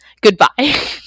Goodbye